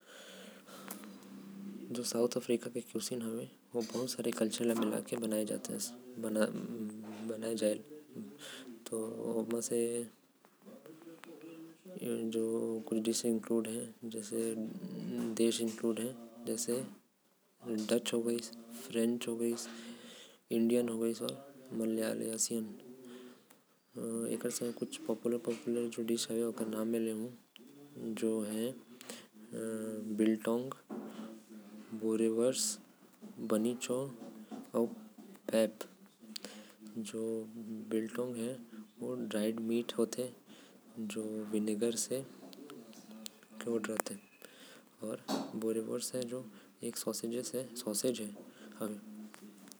दक्षिण अफ्रीका के पाक शैली ह। बहुते सारा सभ्यता ल मिलाये के बनाल जाथे। डच फ्रेंच अउ मलेशिया से मिलल। जुलल ओमन के पाक शैली होथे। दक्षिण अफ्रीका के खाना के अगर बात करब तो ओकर में आथे। बिलटोंग, बोरेवोर्स, बोबोती अउ मलवा पुडिंग। एहि सब वहा के लोग मन ज्यादा खाथे।